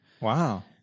Wow